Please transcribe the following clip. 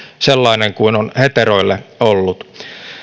sellainen kuin on heteroille ollut